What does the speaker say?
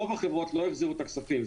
רוב החברות לא החזירו את הכספים.